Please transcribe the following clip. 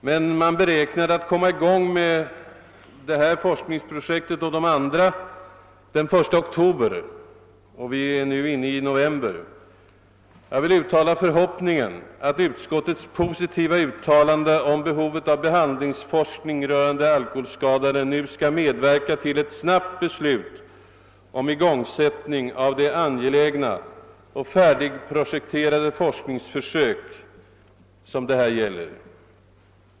Men man beräknade att komma i gång med detta forskningsprojekt och de andra omkring den 1 oktober i år och vi är nu inne i november. Jag vill uttala förhoppningen att utskottets positiva uttalande om behovet av behandlingsforskning rörande alkoholskadade nu skall medverka till ett snabbt beslut om igångsättning av det angelägna och färdigprojekterade forskningsförsök, som det här gäller.